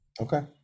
Okay